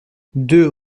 deux